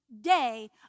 day